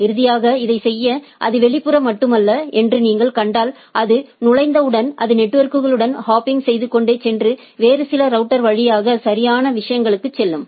இறுதியாக இதைச் செய்ய அது வெளிப்புற மட்டுமல்ல என்று நீங்கள் கண்டால் அது நுழைந்தவுடன் அது நெட்வொர்க்களுடன் ஹாப்பிங் செய்து கொண்டே சென்று வேறு சில ரவுட்டர் வழியாக சரியான விஷயங்களுக்குச் செல்லும்